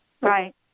Right